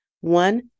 one